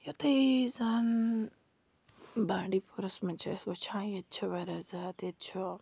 یتھُے زَن بانڈی پوٗرَس مَنٛز چھِ أسۍ وٕچھان ییٚتہِ چھِ واریاہ زیادٕ ییٚتہِ چھُ